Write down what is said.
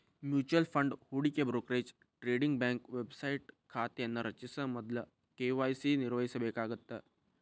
mutual fund ಹೂಡಿಕೆ brokerage trading bank website ಖಾತೆಯನ್ನ ರಚಿಸ ಮೊದ್ಲ ಕೆ.ವಾಯ್.ಸಿ ನಿರ್ವಹಿಸಬೇಕಾಗತ್ತ